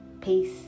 Peace